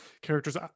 characters